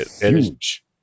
huge